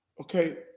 okay